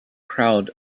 crowd